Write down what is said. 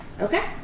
Okay